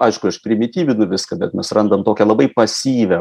aišku aš primityvinu viską bet mes randam tokią labai pasyvią